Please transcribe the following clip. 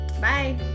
Bye